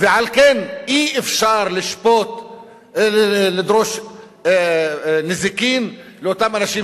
ועל כן אי-אפשר לדרוש נזיקין לאותם אנשים